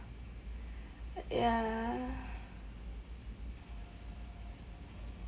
ya